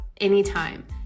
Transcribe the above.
anytime